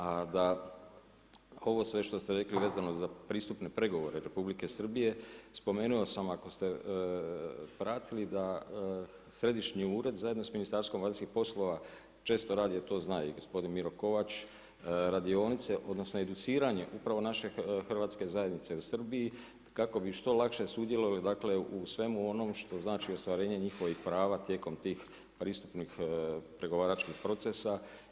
A da, ovo sve što ste rekli, vezano za pristupni pregovore Republike Srbije, spomenuo sam ako ste pratili da središnji ured zajedno sa Ministarstvom vanjskih poslova, često radi, a to zna i gospodin Miro Kovač radionice, odnosno, educiranje upravo naše hrvatske zajednice u Srbiji kako bi što lakše sudjelovali dakle, u svemu onom što znači ostvarenje njihovih prava tijekom tih pristupnih pregovaračkih procesa.